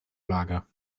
lager